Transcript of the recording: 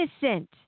innocent